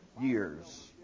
years